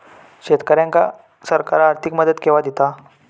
शेतकऱ्यांका सरकार आर्थिक मदत केवा दिता?